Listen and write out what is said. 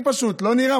הכי פשוט, לא, נירה?